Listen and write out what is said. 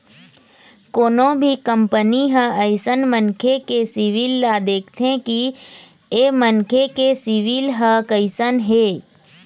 कोनो भी कंपनी ह अइसन मनखे के सिविल ल देखथे कि ऐ मनखे के सिविल ह कइसन हे